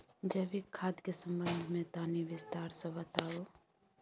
जैविक खाद के संबंध मे तनि विस्तार स बताबू?